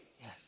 Yes